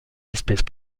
espèces